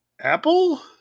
Apple